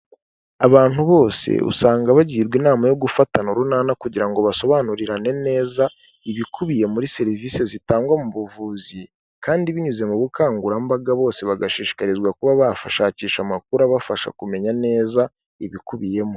Abantu bose usanga bagirwa inama yo gufatana urunana kugira ngo basobanurirane neza ibikubiye muri serivisi zitangwa mu buvuzi, kandi binyuze mu bukangurambaga bose bagashishikarizwa kuba bafashashakisha amakuru abafasha kumenya neza ibikubiyemo.